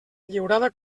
lliurada